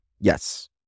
Yes